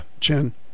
chin